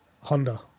Honda